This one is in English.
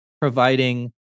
providing